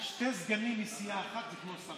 שני סגנים מסיעה אחת זה כמו שר.